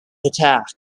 attack